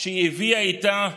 שהיא הביאה איתה פספסנו.